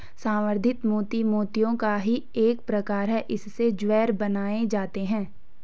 संवर्धित मोती मोतियों का ही एक प्रकार है इससे जेवर बनाए जाते हैं